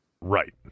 Right